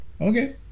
Okay